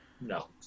No